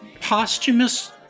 posthumous